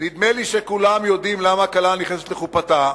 נדמה לי שכולם יודעים למה כלה נכנסת לחופתה,